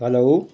hello